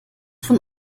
von